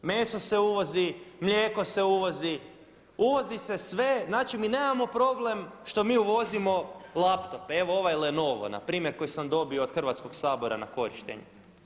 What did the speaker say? Meso se uvozi, mlijeko se uvozi, uvozi se sve, znači mi nemamo problem što mi uvozimo laptope, evo ovaj lenovo npr. koji sam dobio od Hrvatskog sabora na korištenje.